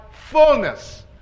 fullness